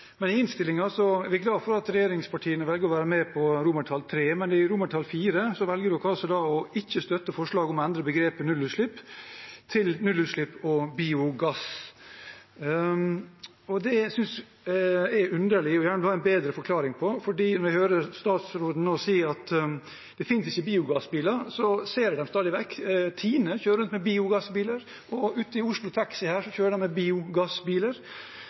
er glad for at regjeringspartiene i innstillingen velger å være med på III, men når det gjelder IV, velger en altså ikke å støtte forslaget om å endre begrepet «nullutslipp» til «nullutslipp og biogass». Det synes jeg er underlig og vil gjerne ha en bedre forklaring på. Jeg hører statsråden sier at det finnes ikke biogassbiler, men jeg ser dem stadig vekk. TINE kjører med biogassbiler, og Oslo Taxi kjører med biogassbiler. Så